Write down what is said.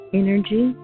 energy